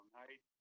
night